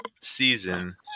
season